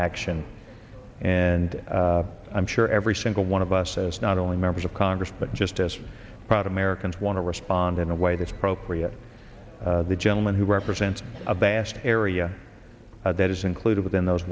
action and i'm sure every single one of us as not only members of congress but just as proud americans want to respond in a way that's appropriate the gentleman who represents abashed area that is included within those